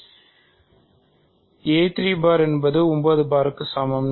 a3 பார் என்பது 9 பாருக்கு சமம்